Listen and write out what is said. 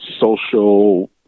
social